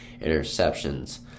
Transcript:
interceptions